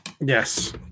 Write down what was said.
Yes